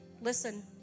Listen